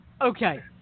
Okay